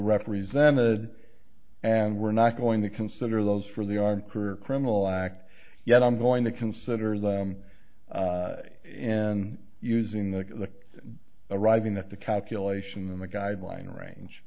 represented and we're not going to consider those for the on career criminal act yet i'm going to consider them in using the arriving at the calculation of the guideline range